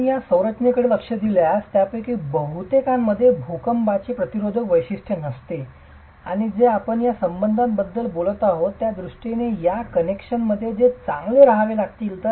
आपण या संरचनांकडे लक्ष दिल्यास त्यापैकी बहुतेकांमध्ये भूकंपाचे प्रतिरोधक वैशिष्ट्य नसते जे आपण या संबंधांबद्दल बोलत आहोत त्या दृष्टीने या कनेक्शन मध्ये जे चांगले रहावे लागतील